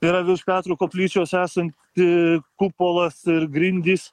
yra virš petro koplyčios esanti kupolas ir grindys